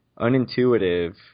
unintuitive